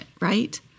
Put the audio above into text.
right